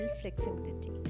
flexibility